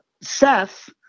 Seth